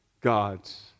God's